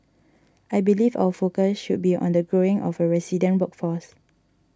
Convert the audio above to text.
I believe our focus should be on the growing of a resident workforce